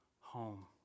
home